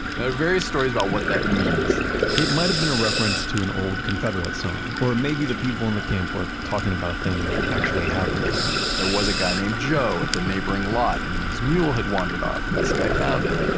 there are various stories about what that means it might have been a reference to an old confederate song. or maybe the people in the camp were talking about a thing that happened that night there was a guy named joe at the neighboring lot, and his mule had wandered off and this guy found it.